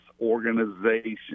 organization